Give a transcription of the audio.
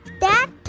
Dad